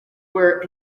where